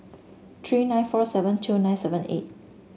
three nine four seven two nine seven eight